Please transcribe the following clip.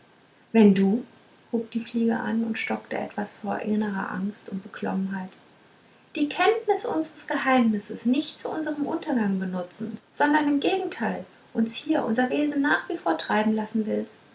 wenn du hub die fliege an und stockte etwas vor innerer angst und beklommenheit die kenntnis unseres geheimnisses nicht zu unserem untergang benutzen sondern im gegenteil uns hier unser wesen nach wie vor treiben lassen willst